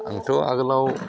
आंथ' आगोलाव